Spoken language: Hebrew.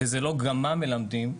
וזה גם מה מלמדים,